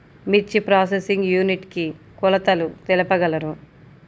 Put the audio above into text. మిర్చి processing unit కి కొలతలు తెలుపగలరు?